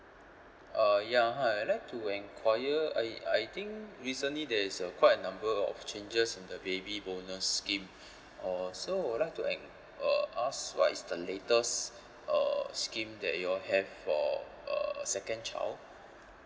uh ya hi I'd like to enquire I I think recently there's a quite a number of changes in the baby bonus scheme uh so I would like to en~ uh ask what is the latest uh scheme that you all have for uh second child